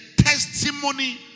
testimony